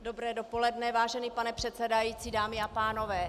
Dobré dopoledne, vážený pane předsedající, dámy a pánové.